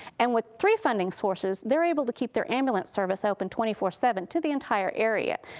and with three funding sources they are able to keep their ambulance service open twenty four seven to the entire area.